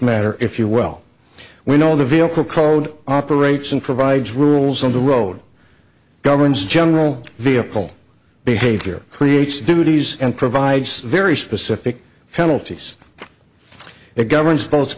matter if you well we know the vehicle code operates and provides rules on the road governs general vehicle behavior creates duties and provides very specific phenol t's it governs both